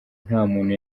ntamuntu